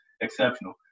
exceptional